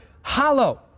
hollow